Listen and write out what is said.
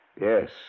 Yes